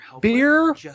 Beer